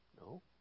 No